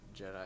Jedi